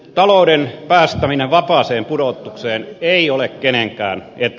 talouden päästäminen vapaaseen pudotukseen ei ole kenenkään etu